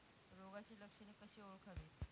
रोगाची लक्षणे कशी ओळखावीत?